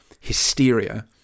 hysteria